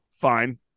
fine